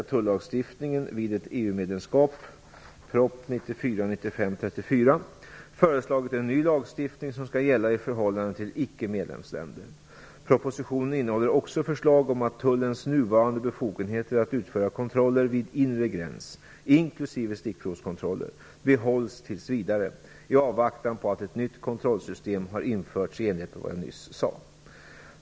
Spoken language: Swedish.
1994/95:34) föreslagit en ny lagstiftning som skall gälla i förhållande till icke medlemsländer. Propositionen innehåller också förslag om att tullens nuvarande befogenheter att utföra kontroller vid inre gräns, inklusive stickprovskontroller, behålls tills vidare, i avvaktan på att ett nytt kontrollsystem har införts i enlighet med vad jag nyss sade.